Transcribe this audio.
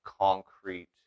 concrete